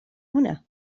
هنا